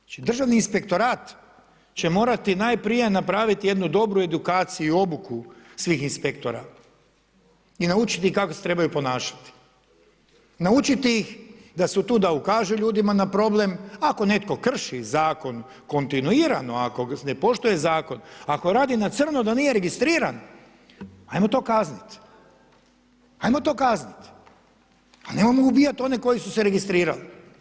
Znači Državni inspektorat će morati najprije napraviti jednu dobru edukaciju, obuku svih inspektora i naučiti ih kako se trebaju ponašati, naučiti ih da su tu da ukažu ljudima na problem, ako netko krši Zakon kontinuirano, ako ne poštuje Zakon, ako radi na crno da nije registriran, ajmo to kaznit, ajmo to kaznit, ali nemojmo ubijat one koji su se registrirali.